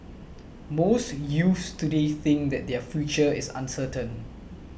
most youths today think that their future is uncertain